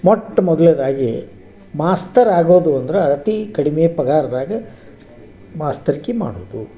ಮೊಟ್ಟ ಮೊದ್ಲ್ನೇದಾಗಿ ಮಾಸ್ತರ್ ಆಗೋದು ಅಂದ್ರೆ ಅತಿ ಕಡಿಮೆ ಪಗಾರ್ದಾಗ ಮಾಸ್ತರ್ಕೆ ಮಾಡೋದು